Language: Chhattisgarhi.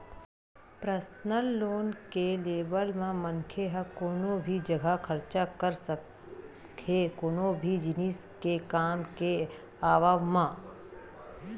परसनल लोन के लेवब म मनखे ह कोनो भी जघा खरचा कर सकत हे कोनो भी जिनिस के काम के आवब म